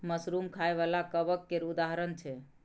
mushroom खाइ बला कबक केर उदाहरण छै